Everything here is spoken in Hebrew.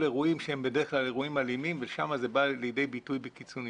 אירועים שהם בדרך כלל אירועים אלימים ושם זה בא לידי ביטוי בקיצוניות.